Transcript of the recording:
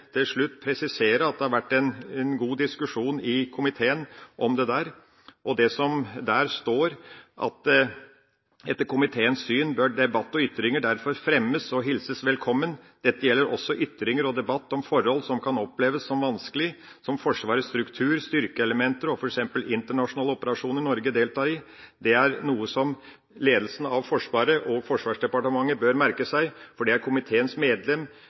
slutt presisere at det har vært en god diskusjon i komiteen om dette, og det står i innstillinga: «Etter komiteens syn bør debatt og ytringer derfor i stor grad fremmes og hilses velkommen. Dette gjelder også ytringer og debatt om forhold som kan oppleves som vanskelig, som Forsvarets struktur, styrkeelementer og f.eks. internasjonale operasjoner Norge deltar i.» Dette er noe ledelsen av Forsvaret og Forsvarsdepartementet bør merke seg, for dette er komiteens